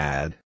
Add